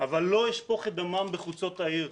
אבל לא אשפוך את דמם בחוצות העיר.